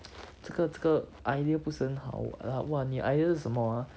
这个这个 ideal 不是很好 !wah! 你的 idea 是什么 ah